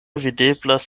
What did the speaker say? videblas